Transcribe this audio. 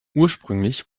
ursprünglich